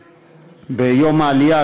לביא,